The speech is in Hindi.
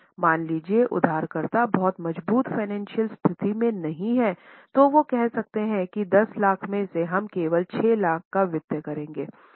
मान लीजिए उधारकर्ता बहुत मजबूत फ़ाइनेंशियल स्थिति में नहीं है तो वो कह सकते हैं कि 10 लाख में से हम केवल 6 लाख का वित्त करेंगे